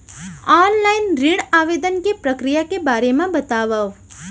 Online ऋण आवेदन के प्रक्रिया के बारे म बतावव?